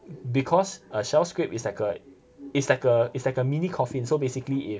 because a shell scrape it's like a it's like a it's like a mini coffin so basically if